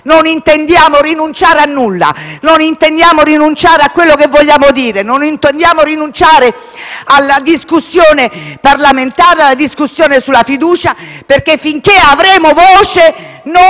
Non intendiamo rinunciare a nulla, non intendiamo rinunciare a quello che vogliamo dire, non intendiamo rinunciare alla discussione parlamentare, alla discussione sulla fiducia, perché finché avremo voce